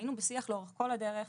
היינו בשיח לאורך כל הדרך,